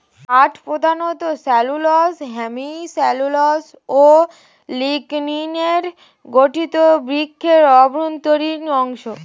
কাঠ প্রধানত cellulose, hemicellulose ও লিগনিনে গঠিত বৃক্ষের অভ্যন্তরীণ অংশ